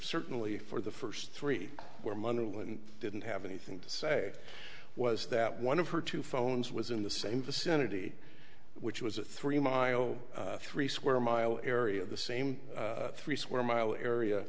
certainly for the first three where money didn't have anything to say was that one of her two phones was in the same vicinity which was a three mile three square mile area of the same three square mile area